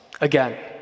again